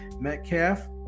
Metcalf